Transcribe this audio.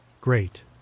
Great